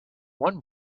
one